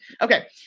okay